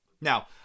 Now